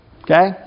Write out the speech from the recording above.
Okay